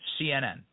CNN